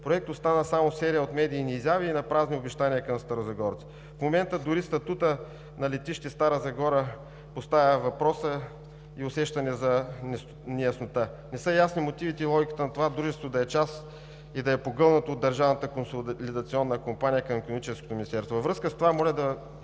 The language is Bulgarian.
проект остана само серия от медийни изяви и напразни обещания към старозагорци. В момента дори статутът на летище Стара Загора поставя въпроса и усещане за неяснота. Не са ясни мотивите и логиката това дружество да е част и да е погълнато от Държавната консолидационна компания към Икономическото министерство. Във връзка с това моля да